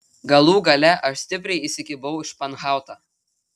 galų gale aš stipriai įsikibau į španhautą